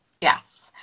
Yes